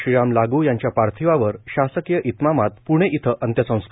श्रीराम लागू यांच्या पार्थिवावर शासकीय इतमामात पणे इथं अंत्यसंस्कार